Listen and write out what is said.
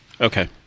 Okay